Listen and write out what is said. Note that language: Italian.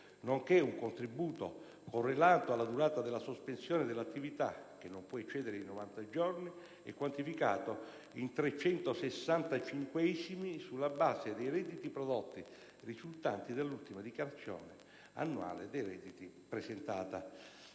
nonché un contributo correlato alla durata della sospensione dell'attività, che non può eccedere i novanta giorni, quantificato in trecentosessantacinquesimi, sulla base dei redditi prodotti, risultanti dall'ultima dichiarazione annuale dei redditi presentata.